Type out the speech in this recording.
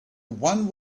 one